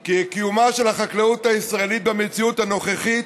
כי קיומה של החקלאות הישראלית במציאות הנוכחית